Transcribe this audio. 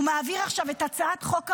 הוא מעביר עכשיו את הצעת חוק הרוגלות,